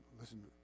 listen